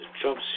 Trump